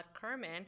Kerman